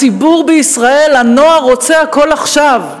הציבור בישראל, הנוער, רוצה הכול עכשיו,